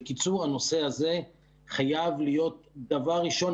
בקיצור, הנושא הזה חייב להיות דבר ראשון.